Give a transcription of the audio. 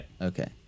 Okay